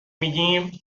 میگیم